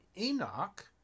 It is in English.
Enoch